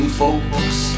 folks